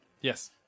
Yes